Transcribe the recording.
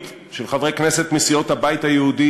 של חברי כנסת מסיעות הבית היהודי,